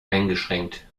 eingeschränkt